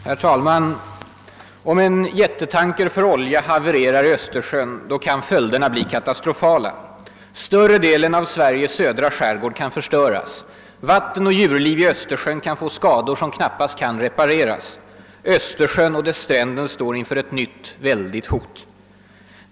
Herr talman! Om en jättetanker för olja havererar i Östersjön kan följderna bli katastrofala. Större delen av Sveriges södra skärgård kan förstöras. Vatten och djurliv i Östersjön kan få skador som knappast kan repareras. Östersjön och dess stränder står inför ett nytt oerhört hot.